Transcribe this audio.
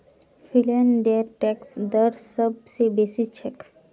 फिनलैंडेर टैक्स दर सब स बेसी छेक